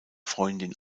freundin